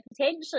potentially